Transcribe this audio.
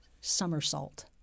somersault